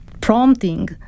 prompting